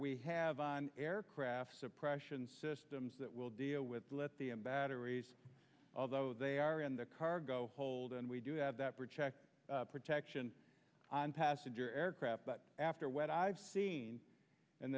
we have on aircraft suppression systems that will deal with let the batteries although they are in the cargo hold and we do have that project protection on passenger aircraft but after what i've seen and